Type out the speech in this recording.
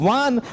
one